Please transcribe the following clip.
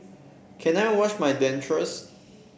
can I wash my dentures